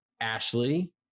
Ashley